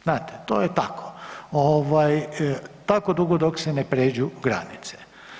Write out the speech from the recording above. Znate, to je tako, tako dugo dok se ne prijeđu granice.